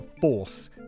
force